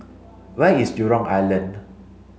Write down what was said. where is Jurong Island